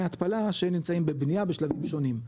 ההתפלה שנמצאים בבנייה בשלבים שונים,